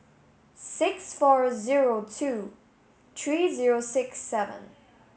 six four zero two three zero six seven